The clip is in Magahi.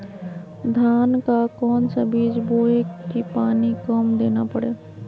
धान का कौन सा बीज बोय की पानी कम देना परे?